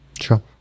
sure